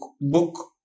book